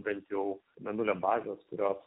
bent jau mėnulio bazės kurios